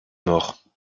maures